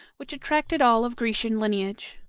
which attracted all of grecian lineage.